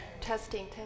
Testing